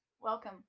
Welcome